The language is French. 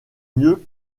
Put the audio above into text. mieux